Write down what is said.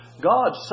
God